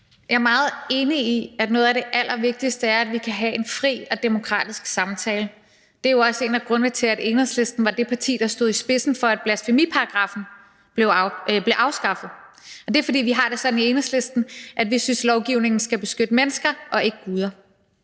Jeg er meget enig i, at noget af det allervigtigste er, at vi kan have en fri og demokratisk samtale. Det er også en af grundene til, at Enhedslisten var det parti, der stod i spidsen for, at blasfemiparagraffen blev afskaffet. Og det er, fordi vi har det sådan i Enhedslisten, at vi synes, lovgivningen skal beskytte mennesker og ikke guder.